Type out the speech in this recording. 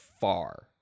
far